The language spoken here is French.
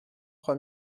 trois